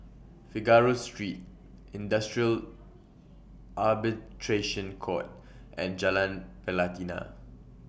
Figaro Street Industrial Arbitration Court and Jalan Pelatina